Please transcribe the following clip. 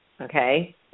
Okay